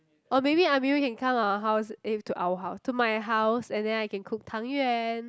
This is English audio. or maybe Amirul can come our house eh to our house to my house and then I can cook Tang-Yuan